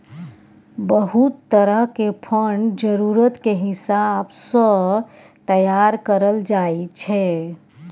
बहुत तरह के फंड जरूरत के हिसाब सँ तैयार करल जाइ छै